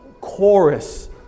chorus